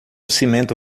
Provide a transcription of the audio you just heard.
cimento